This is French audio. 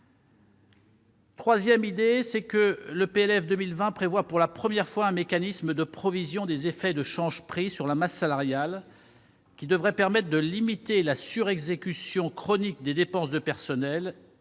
Troisièmement, le PLF 2020 prévoit pour la première fois un mécanisme de provision des effets de change-prix sur la masse salariale. Cela devrait permettre de limiter la surexécution chronique des dépenses de personnels